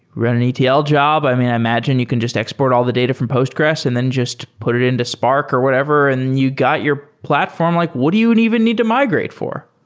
run an etl job. i mean, i imagine you can just export all the data from postgres and then just put it into spark or whatever and you got your platform. like what do you and even need to migrate for?